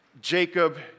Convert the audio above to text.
Jacob